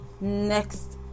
next